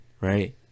right